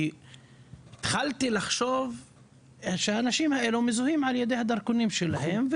כי התחלתי לחשוב שהאנשים האלה מזוהים על ידי הדרכונים שלהם,